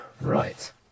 Right